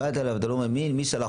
כשהוא בא עד אליך ואתה אומר לו: "מי שלח